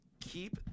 keep